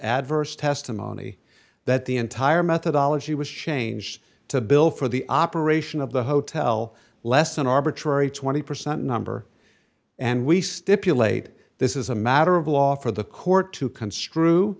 adverse testimony that the entire methodology was changed to bill for the operation of the hotel less than arbitrary twenty percent number and we stipulate this is a matter of law for the court to construe